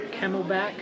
camelback